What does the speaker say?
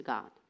God